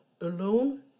Alone